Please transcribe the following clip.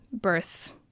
birth